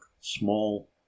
small